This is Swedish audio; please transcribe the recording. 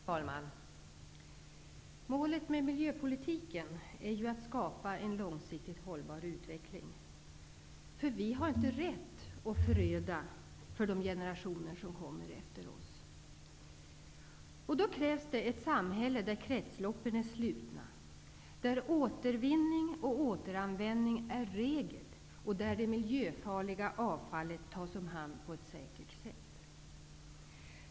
Herr talman! Målet för miljöpolitiken är att skapa en långsiktigt hållbar utveckling. Vi har inte rätt att föröda för de generationer som kommer efter oss. Då krävs det ett samhälle där kretsloppen är slutna, där återvinning och återanvändning är regel och där det miljöfarliga avfallet tas om hand på ett säkert sätt.